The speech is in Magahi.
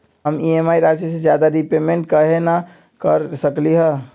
हम ई.एम.आई राशि से ज्यादा रीपेमेंट कहे न कर सकलि ह?